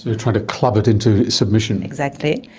you're trying to club it into submission. exactly.